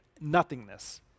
nothingness